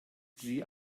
sie